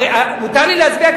אבל אנחנו מצביעים.